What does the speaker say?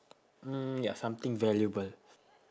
mm ya something valuable